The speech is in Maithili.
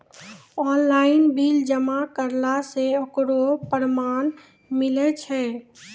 ऑनलाइन बिल जमा करला से ओकरौ परमान मिलै छै?